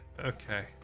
okay